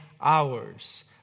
hours